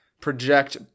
project